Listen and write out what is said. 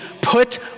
put